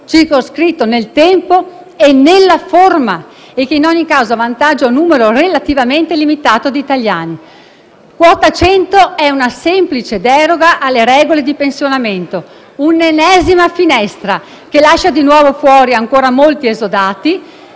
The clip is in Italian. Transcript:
circoscritto nel tempo e nella forma e in ogni caso avvantaggia un numero relativamente limitato di italiani. Quota 100 è una semplice deroga alle regole di pensionamento, un'ennesima finestra che lascia nuovamente fuori ancora molti esodati,